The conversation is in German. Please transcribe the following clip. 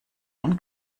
den